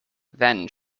then